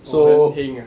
oh heng ah